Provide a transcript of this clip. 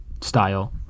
style